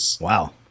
Wow